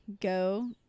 go